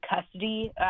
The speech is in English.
custody